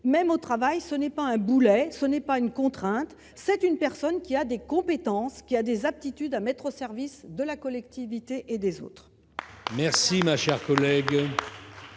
même au travail, ce n'est pas un boulet, ce n'est pas une contrainte, c'est une personne qui a des compétences, qui a des aptitudes à mettre au service de la collectivité et des autres. Merci la charte,